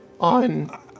on